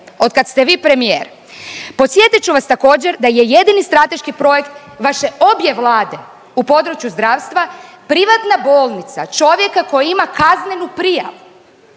od kad ste vi premijer. Podsjetit ću vas također da je jedini strateški projekt vaše obje Vlade u području zdravstva privatna bolnica čovjeka koji ima kaznenu prijavu